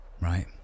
right